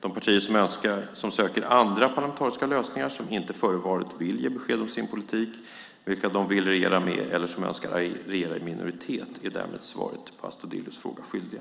De partier som söker andra parlamentariska lösningar, som inte före valet vill ge besked om sin politik, vilka de vill regera med, eller som önskar regera i minoritet är däremot svaret på Astudillos fråga skyldiga.